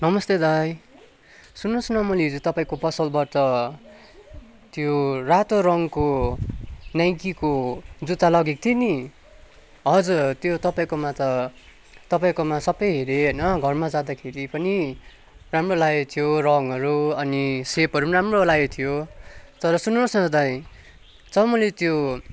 नमस्ते दाइ सुन्नुहोस् न मैले हिजो तपाईँको पसलबाट त्यो रातो रङ्गको नाइकीको जुत्ता लगेको थिएँ नि हजुर त्यो तपाईँको म त तपाईँकोमा सबै हेरेँ हैन घरमा जाँदाखेरि पनि राम्रो लागेको थियो र रङ्गहरू अनि सेपहरू पनि राम्रो लागेको थियो तर सुन्नुहोस् न दाइ जब मैले त्यो